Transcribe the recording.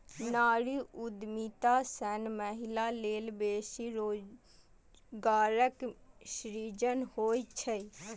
नारी उद्यमिता सं महिला लेल बेसी रोजगारक सृजन होइ छै